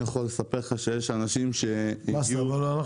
מה הבעיה?